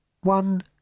One